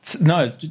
No